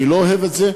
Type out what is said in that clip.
אני לא אוהב את זה,